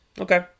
Okay